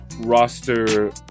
roster